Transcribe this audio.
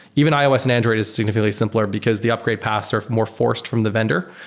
even ios and android is significantly simpler because the upgrade paths are more forced from the vendor,